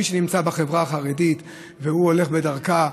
מי שנמצא בחברה החרדית והוא הולך בדרכה,